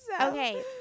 okay